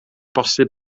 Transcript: posib